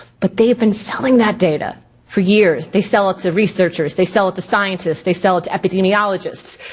but they've been selling that data for years. they sell it to researchers, they sell it to scientists, they sell it to epidemiologists.